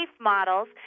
models